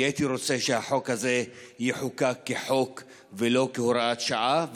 אני הייתי רוצה שהחוק הזה יחוקק כחוק ולא כהוראת שעה,